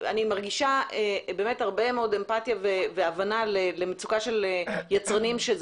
אני מרגישה הרבה מאוד אמפטיה והבנה למצוקה של יצרנים.